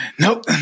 Nope